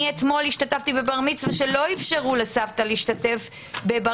אני אתמול השתתפתי בבר מצווה שלא אפשרו לסבתא להשתתף בה.